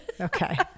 Okay